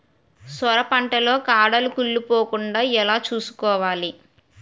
సొర పంట లో కాడలు కుళ్ళి పోకుండా ఎలా చూసుకోవాలి?